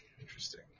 Interesting